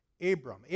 Abram